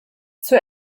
zur